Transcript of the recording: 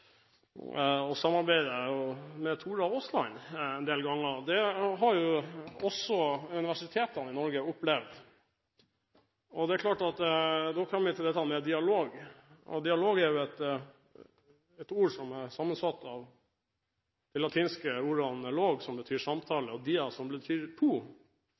å samarbeide med Tora Aasland en del ganger. Det har også universitetene i Norge opplevd. Det er klart at da kommer vi til dette med dialog. Dialog er jo et ord som er sammensatt av de latinske ordene «log» som betyr samtale, og «dia» som betyr